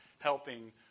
helping